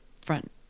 front